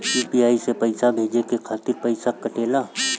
UPI से पइसा भेजने के खातिर पईसा कटेला?